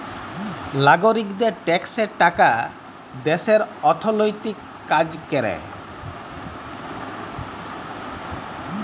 লাগরিকদের ট্যাক্সের টাকা দ্যাশের অথ্থলৈতিক কাজ ক্যরে